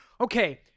Okay